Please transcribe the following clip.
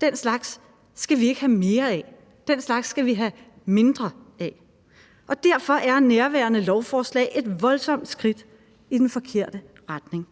Den slags skal vi ikke have mere af; den slags skal vi have mindre af. Derfor er nærværende lovforslag et voldsomt skridt i den forkerte retning,